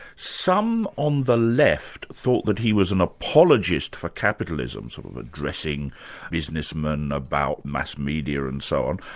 some on the left thought that he was an apologist for capitalism, sort of addressing businessmen about mass media and so on.